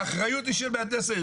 האחריות היא של מהנדס העיר.